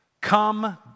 come